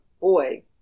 boy